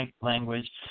language